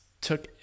Took